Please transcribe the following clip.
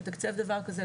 לתקצב דבר כזה,